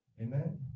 Amen